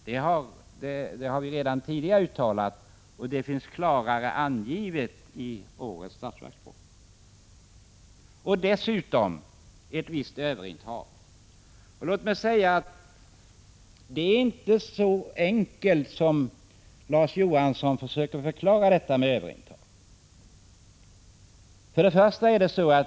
Detta har vi redan uttalat oss för, och det finns klarare angivet i årets budgetproposition. Dessutom bör det bli ett visst överintag. Låt mig säga att detta med överintag inte är så enkelt som Larz Johansson försöker framställa det.